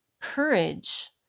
courage